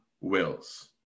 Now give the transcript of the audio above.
wills